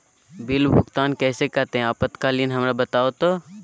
Bill भुगतान कैसे करते हैं आपातकालीन हमरा बताओ तो?